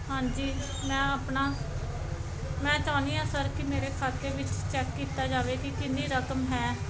ਹਾਂਜੀ ਮੈਂ ਆਪਣਾ ਮੈਂ ਚਾਹੁੰਦੀ ਹਾਂ ਸਰ ਕਿ ਮੇਰੇ ਖਾਤੇ ਵਿੱਚ ਚ ਚੈੱਕ ਕੀਤਾ ਜਾਵੇ ਕਿ ਕਿੰਨੀ ਰਕਮ ਹੈ